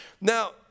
Now